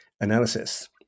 analysis